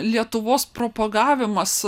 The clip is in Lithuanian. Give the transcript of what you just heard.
lietuvos propagavimas